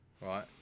Right